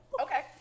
Okay